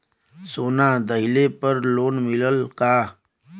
सोना दहिले पर लोन मिलल का?